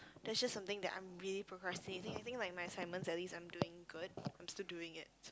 that's just something that I'm really procrastinating I think like my assignments at least I'm doing good I'm still doing it so